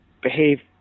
behave